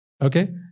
Okay